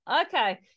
Okay